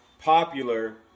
popular